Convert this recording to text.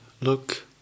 look